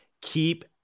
Keep